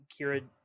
Kira